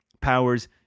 powers